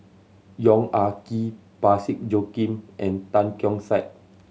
Yong Ah Kee Parsick Joaquim and Tan Keong Saik